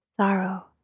sorrow